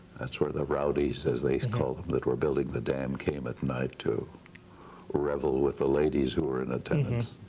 that's where the rowdies as they called them, that were building the dam came at night to revel with the ladies who were in attendance.